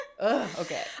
Okay